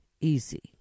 easy